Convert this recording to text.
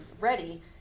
ready